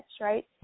right